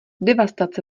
devastace